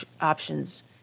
options